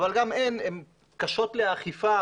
אבל גם הן קשות לאכיפה.